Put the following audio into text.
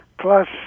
Plus